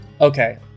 Okay